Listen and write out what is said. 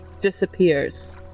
disappears